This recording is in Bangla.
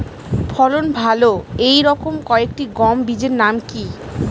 ফলন ভালো এই রকম কয়েকটি গম বীজের নাম কি?